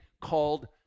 called